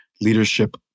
Leadership